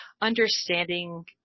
understanding